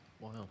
Wow